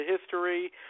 history